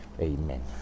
Amen